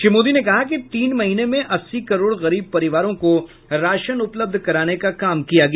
श्री मोदी ने कहा कि तीन महीने में अस्सी करोड़ गरीब परिवारों को राशन उपलब्ध कराने का काम किया गया